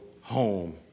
home